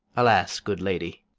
alas, good lady!